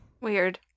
Weird